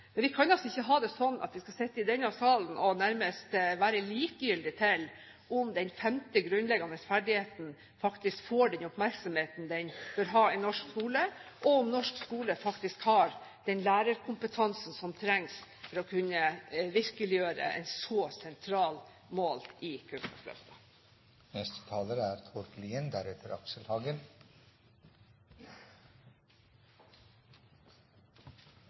Men vi kan altså ikke ha det slik at vi skal sitte i denne salen og være nærmest likegyldige til om den femte grunnleggende ferdigheten faktisk får den oppmerksomheten den bør ha i norsk skole, og om norsk skole faktisk har den lærerkompetansen som trengs for å kunne virkeliggjøre et så sentralt mål i